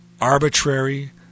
arbitrary